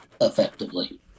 effectively